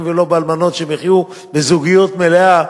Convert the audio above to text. ולא באלמנות ושהם יחיו בזוגיות מלאה,